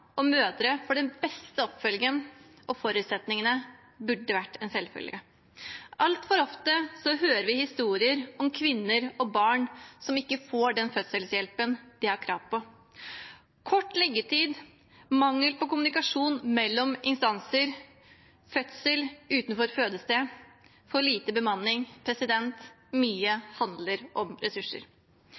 og mødre får den beste oppfølgingen og de beste forutsetningene, burde være en selvfølge. Altfor ofte hører vi historier om kvinner og barn som ikke får den fødselshjelpen de har krav på. Kort liggetid, mangel på kommunikasjon mellom instanser, fødsel utenfor fødested, for lite bemanning – mye handler om ressurser.